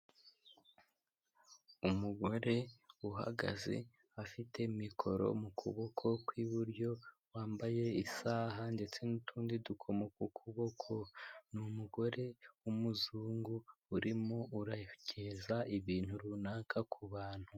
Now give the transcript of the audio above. Umugore uhagaze afite mikoro mu kuboko kw'iburyo, wambaye isaha ndetse n'utundi dukomo ku kuboko, ni umugore w'umuzungu urimo urageza ibintu runaka ku bantu.